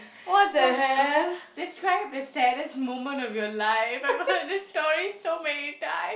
describe the saddest moment of your life I've heard this story so many time